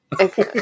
Okay